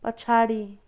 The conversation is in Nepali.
पछाडि